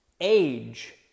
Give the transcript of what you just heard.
Age